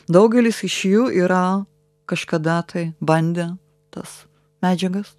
daugelis iš jų yra kažkada tai bandę tas medžiagas